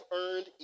earned